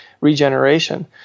regeneration